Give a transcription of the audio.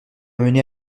amené